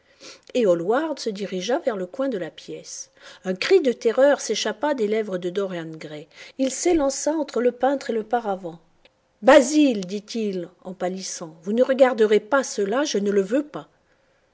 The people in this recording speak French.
et hallward se dirigea vers le coin de la pièce un cri de terreur s'échappa des lèvres de dorian gray sélança entre le peintre et le paravent basil dit-il en pâlissant vous ne regarderez pas cela je ne le veux pas